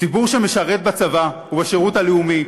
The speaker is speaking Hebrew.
ציבור שמשרת בצבא ובשירות הלאומי,